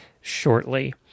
shortly